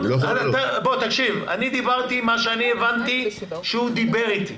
אני דיברתי ממה שהבנתי כשהוא דיבר אתי,